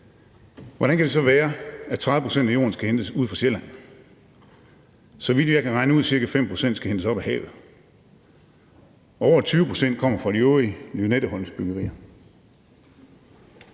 Hvordan kan det så være, at 30 pct. af jorden skal hentes ude fra Sjælland? Så vidt jeg kan regne ud, skal ca. 5 pct. hentes op af havet, og over 20 pct. kommer fra de øvrige Lynetteholmsbyggerier.